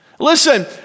Listen